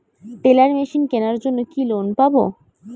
Teller machine কেনার জন্য কি লোন পাব?